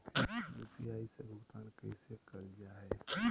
UPI से भुगतान कैसे कैल जहै?